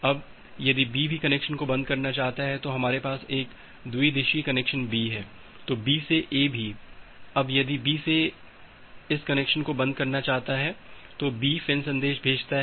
अब यदि B भी कनेक्शन को बंद करना चाहता है तो हमारे पास एक द्विदिशीय कनेक्शन B है तो B से A भी अब यदि B इस कनेक्शन को बंद करना चाहता है तो B फ़िन् संदेश भेजता है